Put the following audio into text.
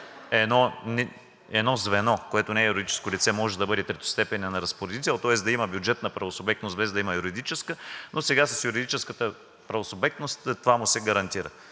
едно звено, което не е юридическо лице, може да бъде третостепенен разпоредител, тоест да има бюджет на правосубектност, без да има юридическа, но сега с юридическата правосубектност това му се гарантира.